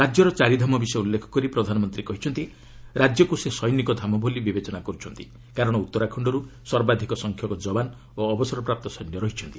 ରାଜ୍ୟର ଚାରିଧାମ ବିଷୟ ଉଲ୍ଲେଖ କରି ପ୍ରଧାନମନ୍ତ୍ରୀ କହିଛନ୍ତି ରାଜ୍ୟକୁ ସେ ସୈନିକ ଧାମ ବୋଲି ବିବେଚନା କର୍ତ୍ଛନ୍ତି କାରଣ ଉତ୍ତରାଖଣରୁ ସର୍ବାଧିକ ସଂଖ୍ୟକ ଯବାନ ଓ ଅବସରପ୍ରାପ୍ତ ସୈନ୍ୟ ରହିଛନ୍ତି